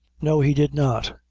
no, he did not,